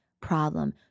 problem